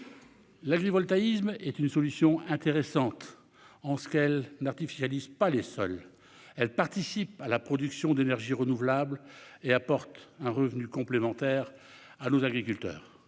L'agrivoltaïsme est une solution intéressante, qui n'artificialise pas les sols, mais participe à la production d'énergies renouvelables et apporte un revenu complémentaire à nos agriculteurs.